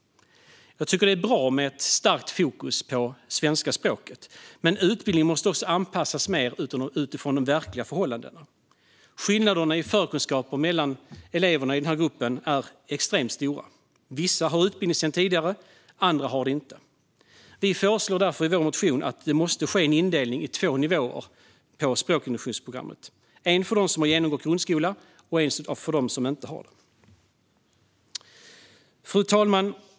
Jag tycker att det är bra med ett starkt fokus på svenska språket. Men utbildningen måste också anpassas mer utifrån de verkliga förhållandena. Skillnaderna i förkunskaper mellan eleverna i denna grupp är extremt stora. Vissa har utbildning sedan tidigare, medan andra inte har det. Vi föreslår därför i vår motion att det sker en indelning i två nivåer i språkintroduktionsprogrammet - en för dem som har genomgått grundskola och en för dem som inte har det. Fru talman!